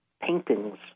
paintings